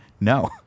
No